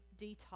detox